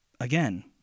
again